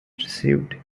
received